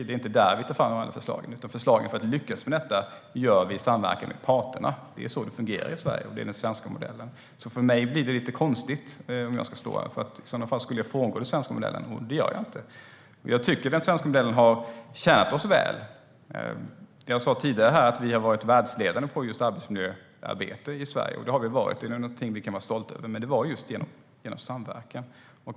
Det är inte där vi tar fram förslagen, utan förslagen för att lyckas med detta tar vi fram i samverkan med parterna. Det är så det fungerar i Sverige, och det är den svenska modellen. För mig blir det alltså lite konstigt att säga något här. I så fall skulle jag frångå den svenska modellen, och det gör jag inte. Jag tycker att den svenska modellen har tjänat oss väl. Jag sa tidigare att vi i Sverige har varit världsledande på just arbetsmiljöarbete. Det har vi varit, och det är någonting vi kan vara stolta över. Men det var vi just genom samverkan.